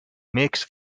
makes